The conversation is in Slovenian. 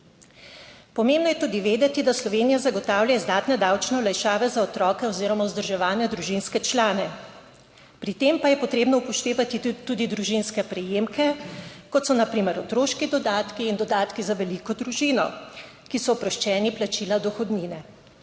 Pomembno je tudi vedeti, da Slovenija zagotavlja izdatne davčne olajšave za otroke oziroma vzdrževane družinske člane. Pri tem pa je potrebno upoštevati tudi družinske prejemke, kot so na primer otroški dodatki in dodatki za veliko družino, ki so oproščeni plačila dohodnine.